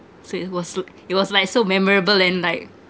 so it was l~ it was like so memorable and like